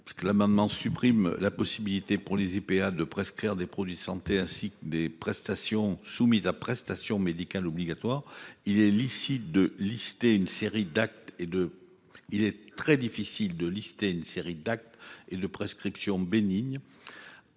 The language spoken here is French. l'amendement supprime la possibilité pour les IPA de prescrire des produits de santé, ainsi que des prestations soumises à prestation médicale obligatoire il est licite de lister une série d'actes et de. Il est très